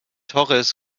torres